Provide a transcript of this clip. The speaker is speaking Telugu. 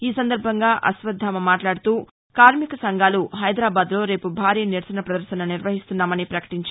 ఈ సందర్భంగా అశ్వత్థామ మాట్లాడుతూ కార్మిక సంఘాలు హైదరాబాద్లో రేపు భారీ నిరసన పదర్భన నిర్వహిస్తున్నామని పకటించారు